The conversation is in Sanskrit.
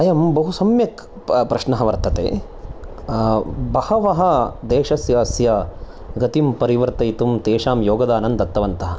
अयं बहु सम्यक् प्र प्रश्नः वर्तते बहवः देशस्यस्य गतिं परिवर्तयितुं तेषां योगदानं दत्तवन्तः